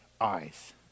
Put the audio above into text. eyes